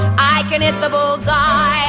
i can in the bullseye.